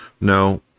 No